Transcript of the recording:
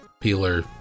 peeler